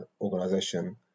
organization